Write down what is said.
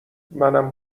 منم